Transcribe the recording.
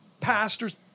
pastors